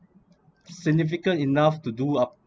significant enough to do up